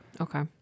okay